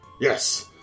Yes